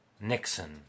Nixon